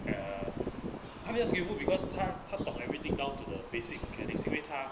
err 他比较 skillful 因为他他懂 everything down to the basic mechanics 因为他